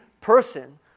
person